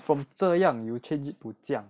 from 这样 you change it to 讲